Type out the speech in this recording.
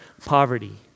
poverty